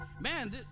man